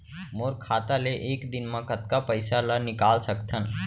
मोर खाता ले एक दिन म कतका पइसा ल निकल सकथन?